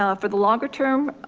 ah for the longer term,